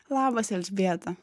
labas elžbieta